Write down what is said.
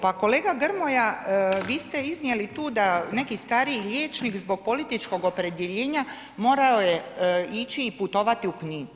Pa kolega Grmoja, vi ste iznijeli tu da neki stariji liječnik zbog političkog opredjeljenja morao je ići i putovati u Knin.